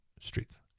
streets